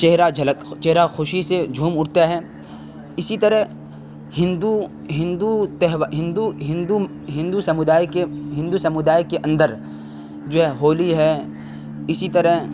چہرہ جھلک چہرہ خوشی سے جھوم اٹھتا ہے اسی طرح ہندو ہندو ہندو ہندو ہندو سمدائے کے ہندو سمدائے کے اندر جو ہے ہولی ہے اسی طرح